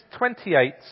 28